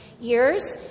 years